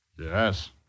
Yes